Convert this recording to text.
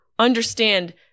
understand